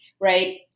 right